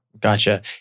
Gotcha